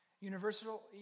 universal